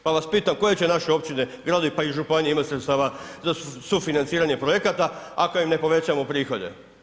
Pa vas pitam, koje će naše općine i gradovi, pa i županije imati sredstava za sufinanciranje projekata ako im ne povećamo prihode?